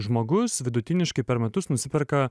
žmogus vidutiniškai per metus nusiperka